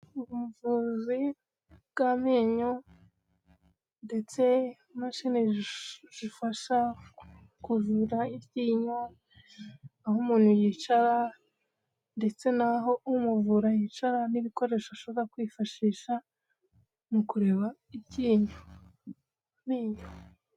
Ubuvuzi bw'amenyo ndetse imashini zifasha kuvura iryinyo; aho umuntu yicara ndetse naho umuvura yicara; n'ibikoresho ashobora kwifashisha mu kureba iryinyo.